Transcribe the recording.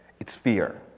it's fear.